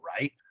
right